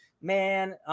man